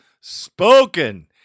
Spoken